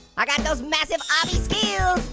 i got those massive obby skills,